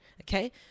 Okay